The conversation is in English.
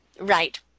right